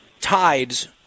tides